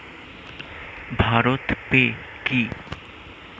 Bharat pay কি?